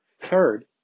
Third